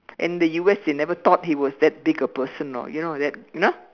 in the U_S they never thought he was that big a person you know that you know